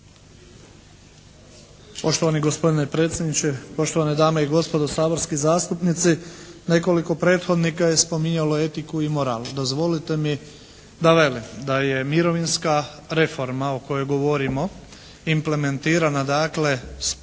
Poštovani gospodine predsjedniče, poštovane dame i gospodo saborski zastupnici! Nekoliko prethodnika je spominjalo etiku i moral. Dozvolite mi da velim da je mirovinska reforma o kojoj govorimo implementirana dakle